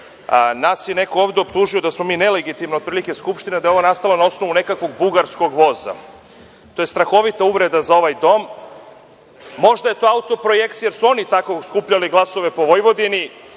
nas je neko ovde optužio da smo mi nelegitimna otprilike Skupština, da je ona nastala na osnovu nekakvog bugarskog voza. To je strahovita uvreda za ovaj dom. Možda je to auto projekcija, jer su oni tako skupljali glasove po Vojvodini.